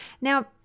now